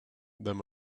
them